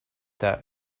that